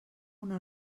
una